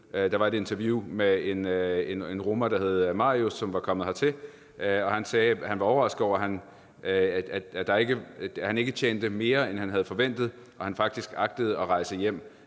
der var et interview med en roma, som hedder Marius, som var kommet hertil. Han sagde, at han var overrasket over, at han ikke tjente mere, og at han faktisk agtede at rejse hjem.